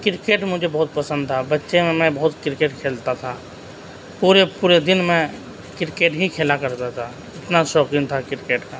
cricket مجھے بہت پسند تھا بچّے میں میں بہت کرکٹ کھیلتا تھا پورے پورے دن میں کرکٹ ہی کھیلا کرتا تھا اتنا شوقین تھا کرکٹ کا